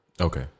Okay